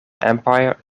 empire